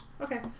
Okay